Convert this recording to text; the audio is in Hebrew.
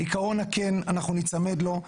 עיקרון הכן אנחנו ניצמד לו.